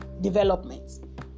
development